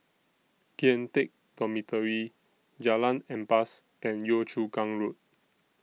Kian Teck Dormitory Jalan Ampas and Yio Chu Kang Road